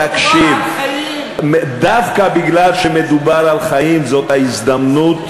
תקשיב, דווקא בגלל שמדובר על חיים, זאת ההזדמנות.